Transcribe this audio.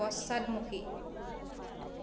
পশ্চাদমুখী